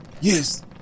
Yes